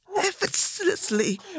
effortlessly